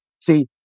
See